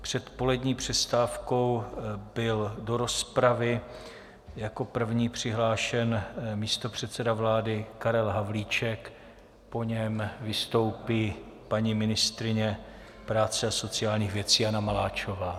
Před polední přestávkou byl do rozpravy jako první přihlášen místopředseda vlády Karel Havlíček, po něm vystoupí paní ministryně práce a sociálních věcí Jana Maláčová.